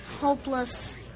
Hopeless